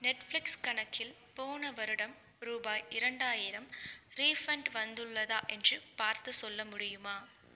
Netflix கணக்கில் போன வருடம் ரூபாய் இரண்டாயிரம் ரீஃபண்ட் வந்துள்ளதா என்று பார்த்துச் சொல்ல முடியுமா